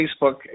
Facebook